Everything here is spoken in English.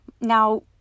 Now